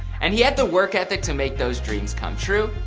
and he had the work ethic to make those dreams come true.